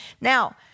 Now